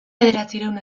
bederatziehun